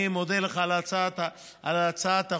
אני מודה לך על הצעת החוק,